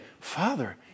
Father